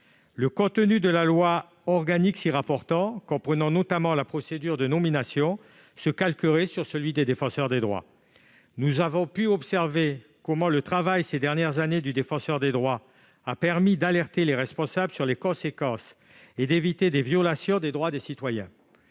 Le contenu de la loi organique s'y rapportant, comprenant notamment la procédure de nomination, se calquerait sur celui qui s'attache au Défenseur des droits. Nous avons pu observer combien, ces dernières années, le travail du Défenseur des droits a permis d'alerter les responsables sur un certain nombre de conséquences et d'éviter des violations des droits des citoyens.